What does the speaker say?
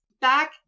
back